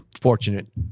fortunate